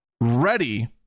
ready